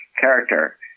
character